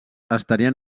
estarien